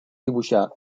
dibuixar